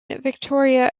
victoria